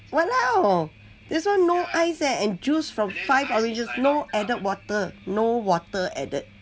!walao! this one no ice eh and juice from five oranges no added water no water added